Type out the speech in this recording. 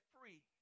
free